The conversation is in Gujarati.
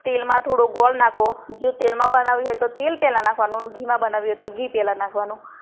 તેલમાં થોડો ગોળ નાખવો જો તેલમાં બનાવવી હોય તો તેલ પહેલાં નાખવાનું અને ઘીમાં બનાવવી હોય તો ઘી પહેલાં નાખવાનું